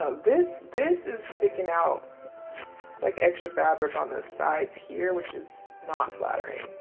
ah this this is sticking out. it's like extra fabric on the sides here, which is not flattering.